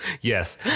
yes